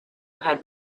had